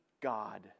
God